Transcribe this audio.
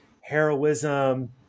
heroism